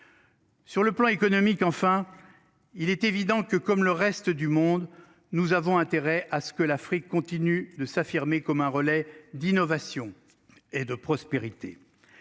Sur le plan économique, enfin. Il est évident que, comme le reste du monde. Nous avons intérêt à ce que l'Afrique continue de s'affirmer comme un relais d'innovation et de prospérité.